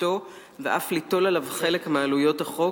לחקיקתו ואף ליטול עליו חלק מעלויות החוק